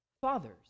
fathers